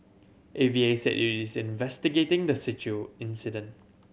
A V A said it is investigating the incident